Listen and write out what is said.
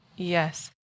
Yes